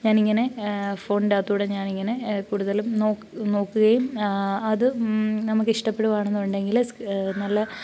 ഞാനിങ്ങനെ ഫോണിൻറെ അകത്തുകൂടെ ഞാനിങ്ങനെ കൂടുതലും നോക്കുകയും അത് നമുക്ക് ഇഷ്ടപ്പെടുകയാണെന്നുണ്ടെങ്കിൽ നല്ല